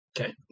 Okay